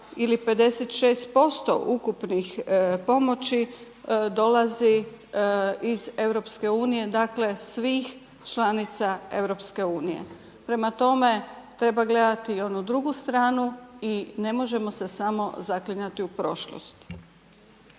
ili 56% ukupne pomoći dolazi iz Europske unije dakle, svih članica Europske unije. Prema tome, treba gledati i onu drugu stranu i ne možemo se samo zaklinjati u prošlost.